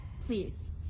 please